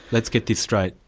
let's get this straight.